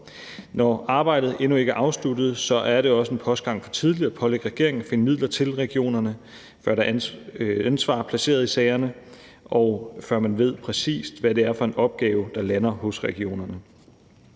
Når arbejdet endnu ikke er afsluttet, er det også en postgang for tidligt at pålægge regeringen at finde midler til regionerne, før der er ansvar placeret i sagerne, og før man ved, præcis hvad det er for en opgave, der lander hos regionerne.